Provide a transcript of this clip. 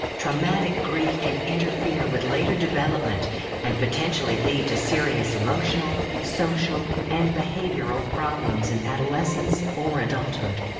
traumatic grief can interfere with later development and potentially lead to serious emotional, social, and behavioral problems in adolescents or adulthood.